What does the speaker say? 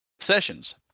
sessions